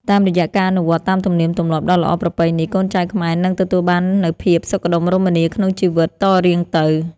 តាមរយៈការអនុវត្តតាមទំនៀមទម្លាប់ដ៏ល្អប្រពៃនេះកូនចៅខ្មែរនឹងទទួលបាននូវភាពសុខដុមរមនាក្នុងជីវិតតរៀងទៅ។